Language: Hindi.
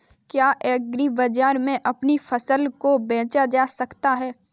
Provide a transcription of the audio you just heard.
क्या एग्रीबाजार में अपनी फसल को बेचा जा सकता है?